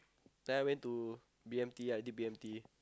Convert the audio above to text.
then I went to B_M_T ya I did B_M_T